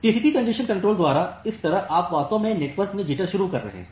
TCP congestion control द्वारा इस तरह आप वास्तव में नेटवर्क में जिटर शुरू कर रहे हैं